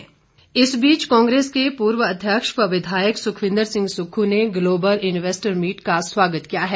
सुक्रवू इस बीच कांग्रेस के पूर्व अध्यक्ष व विधायक सुक्खविंद्र सिंह सुक्खू ने ग्लोबल इन्वेस्टर मीट का स्वागत किया है